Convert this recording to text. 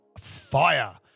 fire